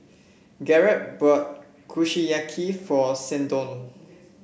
Garret bought Kushiyaki for Seldon